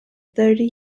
thirty